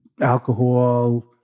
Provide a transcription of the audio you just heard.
alcohol